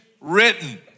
written